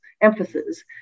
emphasis